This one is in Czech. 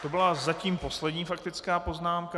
To byla zatím poslední faktická poznámka.